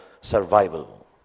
survival